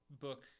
book